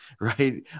right